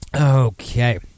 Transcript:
Okay